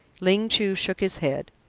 ling chu shook his head.